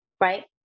right